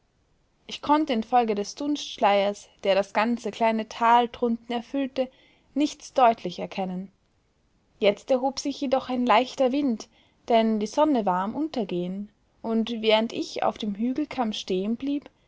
ich konnte infolge des dunstschleiers der das ganze kleine tal drunten erfüllte nichts deutlich erkennen jetzt erhob sich jedoch ein leichter wind denn die sonne war am untergehen und während ich auf dem hügelkamm stehen blieb